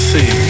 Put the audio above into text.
See